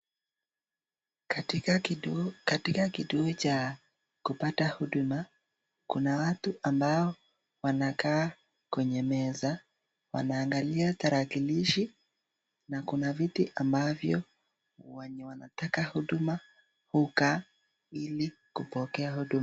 Katika kituo cha kupata huduma, kuna watu ambao wanakaa kwenye meza wanaangalia tarakilishi. Na kuna viti ambavyo wenye wanataka huduma hukaa ili kupokea huduma.